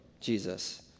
Jesus